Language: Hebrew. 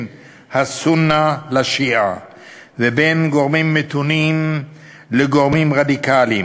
הסונה לשיעה ובין גורמים מתונים לגורמים רדיקליים.